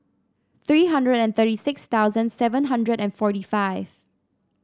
three hundred and thirty six thousand seven hundred and forty five